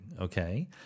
Okay